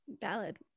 Valid